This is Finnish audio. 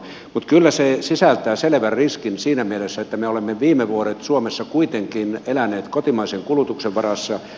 mutta kyllä se sisältää selvän riskin siinä mielessä että me olemme viime vuodet suomessa kuitenkin eläneet kotimaisen kulutuksen varassa